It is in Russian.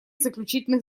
заключительных